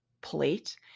plate